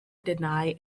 deny